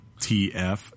TF